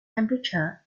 temperature